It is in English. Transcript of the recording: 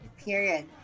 Period